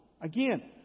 Again